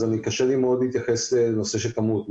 קשה לי מאוד להתייחס לנושא של כמות.